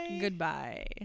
Goodbye